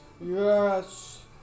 yes